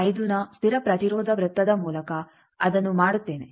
5ನ ಸ್ಥಿರ ಪ್ರತಿರೋಧ ವೃತ್ತದ ಮೂಲಕ ಅದನ್ನು ಮಾಡುತ್ತೇನೆ